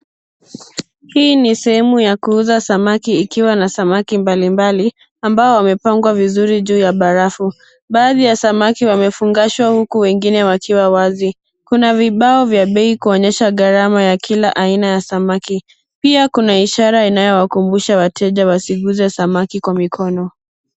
Hii ni sehemu ya kuuza samaki ikiwa na samaki mbalimbali ambao wamepanga vizuri juu ya barufu. Baadhi ya samaki wamefungashwa huku wengine wakiwa wazi. Kuna vibao vya bei kuonyesha gharama ya kila aina ya samaki. Pia kuna ishara inayowakumbusha wateja wasiguze samaki kwa mikono.